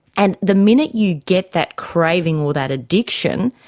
and the minute you get that craving or that addiction,